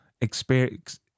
experience